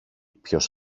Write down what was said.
ποιος